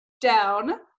down